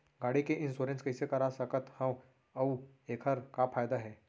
गाड़ी के इन्श्योरेन्स कइसे करा सकत हवं अऊ एखर का फायदा हे?